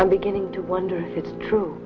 i'm beginning to wonder if it's true